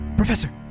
Professor